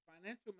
financial